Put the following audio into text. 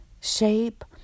shape